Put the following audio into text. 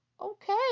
Okay